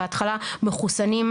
בהתחלה מחוסנים,